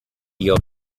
your